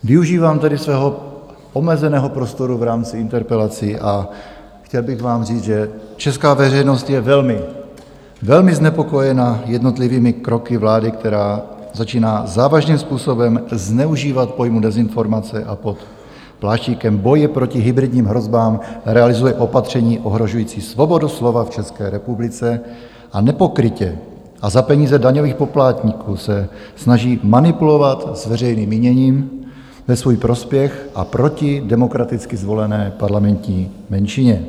Využívám tedy svého omezeného prostoru v rámci interpelací a chtěl bych vám říct, že česká veřejnost je velmi, velmi znepokojena jednotlivými kroky vlády, která začíná závažným způsobem zneužívat pojmu dezinformace a pod pláštíkem boje proti hybridním hrozbám realizuje opatření ohrožující svobodu slova v České republice a nepokrytě a za peníze daňových poplatníků se snaží manipulovat s veřejným míněním ve svůj prospěch a proti demokraticky zvolené parlamentní menšině.